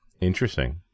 Interesting